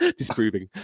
disproving